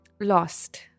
Lost